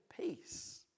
peace